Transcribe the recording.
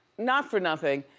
not for nothing,